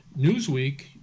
Newsweek